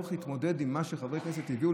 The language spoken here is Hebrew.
הצורך להתמודד עם מה שחברי כנסת הביאו